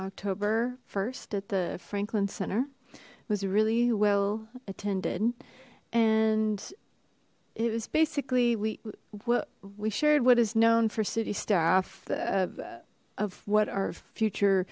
october st at the franklin center it was really well attended and it was basically we we shared what is known for city staff of of what our future